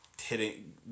hitting